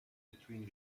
between